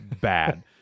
bad